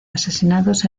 asesinados